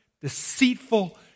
deceitful